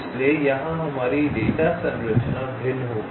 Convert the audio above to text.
इसलिए यहां हमारी डेटा संरचना भिन्न होगी